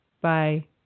Bye